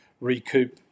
recoup